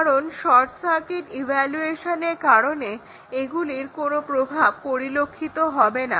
কারণ short circuit ইভালুয়েশনের কারণে এগুলির কোনো প্রভাব পরিলক্ষিত হবে না